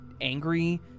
angry